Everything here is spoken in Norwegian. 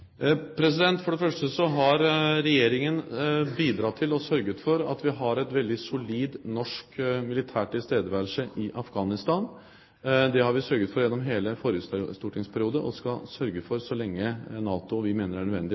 For det første har Regjeringen bidratt til og sørget for at vi har en veldig solid norsk militær tilstedeværelse i Afghanistan. Det har vi sørget for gjennom hele forrige stortingsperiode, og vi skal sørge for det så lenge NATO og vi mener det er nødvendig,